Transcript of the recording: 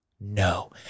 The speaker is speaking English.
no